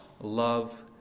love